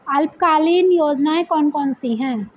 अल्पकालीन योजनाएं कौन कौन सी हैं?